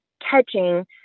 catching